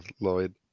Lloyd